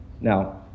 Now